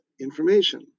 information